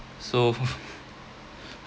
so